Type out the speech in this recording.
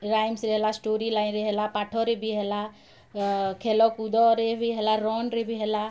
ରାଇମ୍ସରେ ହେଲା ଷ୍ଟୋରି ଲାଇନ୍ରେ ହେଲା ପାଠରେ ବି ହେଲା ଖେଲକୁଦରେ ବି ହେଲା ରନ୍ରେ ବି ହେଲା